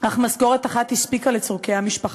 אך משכורת אחת הספיקה לצורכי המשפחה,